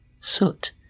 soot